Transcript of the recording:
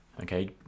Okay